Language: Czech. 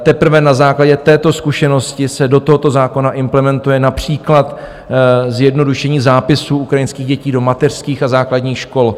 Teprve na základě této zkušenosti se do tohoto zákona implementuje například zjednodušení zápisů ukrajinských dětí do mateřských a základních škol.